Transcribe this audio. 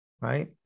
Right